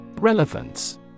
Relevance